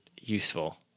useful